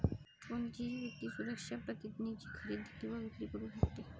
कोणतीही व्यक्ती सुरक्षा प्रतिज्ञेची खरेदी किंवा विक्री करू शकते